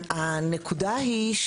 הנקודה היא,